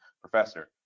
professor